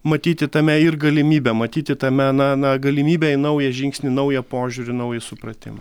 matyti tame ir galimybę matyti tame na na galimybę į naują žingsnį naują požiūrį naują supratimą